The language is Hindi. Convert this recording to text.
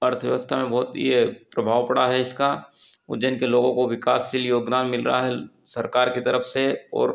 अर्थव्यवस्था में बहुत ये प्रभाव पड़ा है इसका उज्जैन के लोगों को विकासशील योगदान मिल रहा है सरकार की तरफ से और